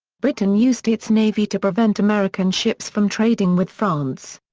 britain used its navy to prevent american ships from trading with france.